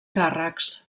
càrrecs